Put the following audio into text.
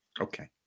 Okay